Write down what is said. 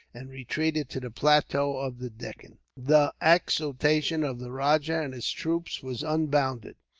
and retreated to the plateau of the deccan. the exultation of the rajah and his troops was unbounded.